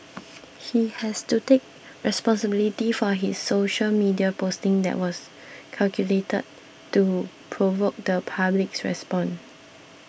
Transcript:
he has to take responsibility for his social media posting that was calculated to provoke the public's response